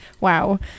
wow